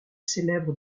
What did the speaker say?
célèbre